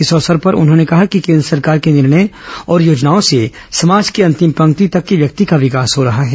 इस अवसर पर उन्होंने कहा कि केन्द्र सरकार के निर्णय और योजनाओं से समाज की अंतिम पंक्ति तक के व्यक्ति का विकास हो रहा है